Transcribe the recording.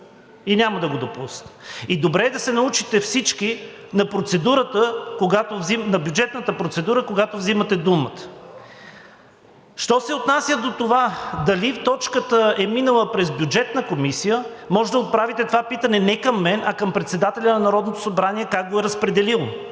и няма да го допусна. И добре е да се научите всички на бюджетната процедура, когато взимате думата. Що се отнася до това дали точката е минала през Бюджетната комисия, можете да отправите питането не към мен, а към председателя на Народното събрание – как го разпределил.